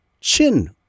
chin